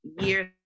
years